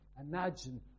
Imagine